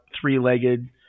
three-legged